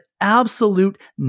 absolute